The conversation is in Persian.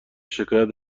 شکایت